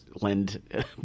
lend